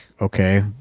okay